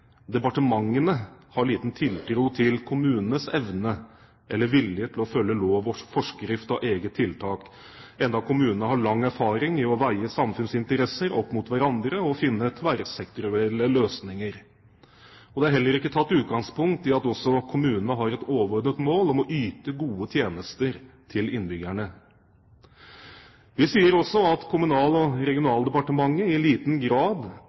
departementene har liten tiltro til kommunenes evne eller vilje til å følge lov og forskrift av eget tiltak, enda kommunene har lang erfaring i å veie samfunnsinteresser opp mot hverandre og finne tverrsektorielle løsninger. Og det er heller ikke tatt utgangspunkt i at også kommunene har et overordnet mål om å yte gode tjenester til innbyggerne.» Videre sier vi: «Kommunal- og regionaldepartementet ser i liten grad